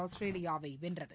ஆஸ்திரேலியாவை வென்றது